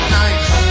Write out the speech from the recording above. nice